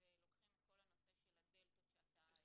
ולוקחים את כל הנושא של הדלתות שאתה ציינת,